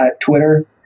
Twitter